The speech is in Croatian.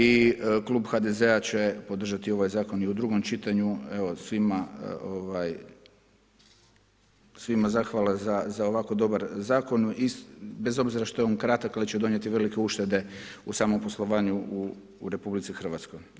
I Klub HDZ-a će podržati ovaj zakon i u drugom čitanju, evo svima zahvala za ovako dobar zakon, bez obzira što je on kratak ali će donijeti velike uštede u samom poslovanju u Republici Hrvatskoj.